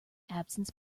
absence